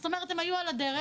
זאת אומרת הם היו על הדרך,